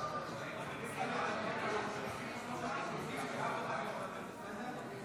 הדתיות ולרשויות מקומיות שאין בהן מועצות דתיות),